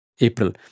April